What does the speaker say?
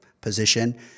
position